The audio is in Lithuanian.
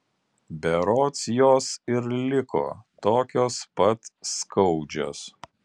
berods jos ir liko tokios pat skaudžios